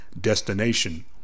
destination